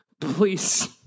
Please